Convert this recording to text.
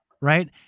right